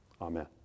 Amen